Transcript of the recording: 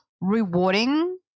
rewarding